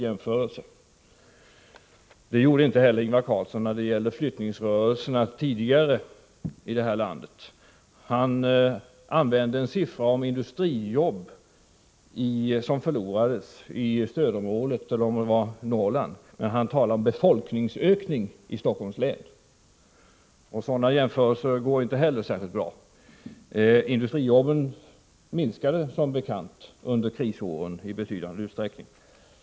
Det gjorde Ingvar Carlsson inte heller när det gäller flyttningsrörelserna tidigare här i landet. Han använde en siffra om industrijobb som förlorats i stödområdet, eller om det var Norrland, men han talade om befolkningsökningen i Stockholms län. Sådana jämförelser är inte heller särskilt bra. Antalet industrijobb minskade som bekant i betydande utsträckning under krisåren.